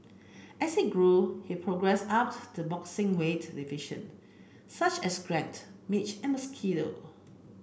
as he grew he progressed up the boxing weight division such as gnat midge and mosquito